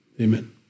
amen